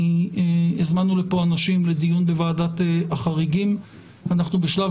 הזמנו לכאן אנשים לדיון בוועדת החריגים ובשלב